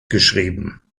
geschrieben